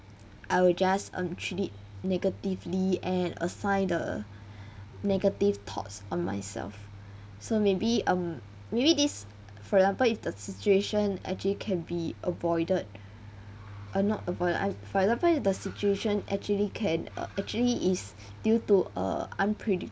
I will just um treat it negatively and assign the negative thoughts on myself so maybe um maybe this for example if the situation actually can be avoided uh not avoid lah I for example the situation actually can uh actually is due to uh unpredictable